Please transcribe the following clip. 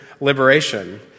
liberation